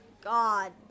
God